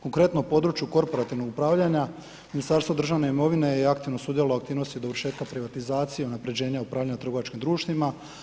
Konkretno u području korporativnog upravljanja, Ministarstvo državne imovine je aktivno sudjelovalo u aktivnosti dovršetka privatizacije i unapređenja upravljanja trgovačkim društvima.